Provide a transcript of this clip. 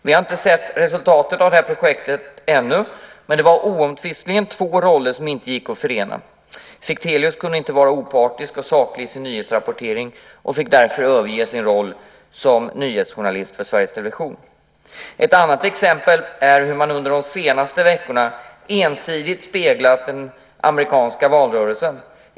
Vi har inte sett resultatet av det här projektet ännu, men det var oomtvistligen två roller som inte gick att förena. Fichtelius kunde inte vara opartisk och saklig i sin nyhetsrapportering och fick därför överge sin roll som nyhetsjournalist för Sveriges Television. Ett annat exempel är hur ensidigt man under de senaste veckorna har skildrat den amerikanska valrörelsen.